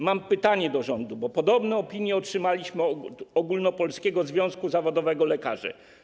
Mam pytanie do rządu, bo podobną opinię otrzymaliśmy od Ogólnopolskiego Związku Zawodowego Lekarzy.